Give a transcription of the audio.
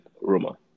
Roma